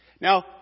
Now